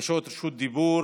בבקשות רשות דיבור.